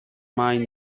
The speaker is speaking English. mind